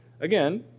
Again